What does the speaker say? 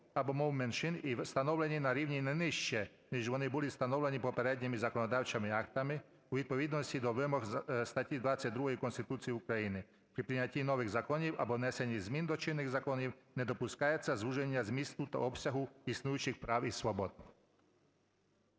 або мов меншин і встановлені на рівні не нижче, ніж вони були встановлені попередніми законодавчими актами. У відповідності до вимог статті 22 Конституції України при прийнятті нових законів або внесення змін до чинних законів не допускається звуження змісту та обсягу існуючих прав і свобод.